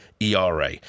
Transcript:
ERA